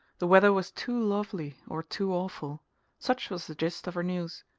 the weather was too lovely or too awful such was the gist of her news.